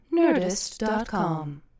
Nerdist.com